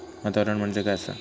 वातावरण म्हणजे काय असा?